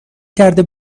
کرده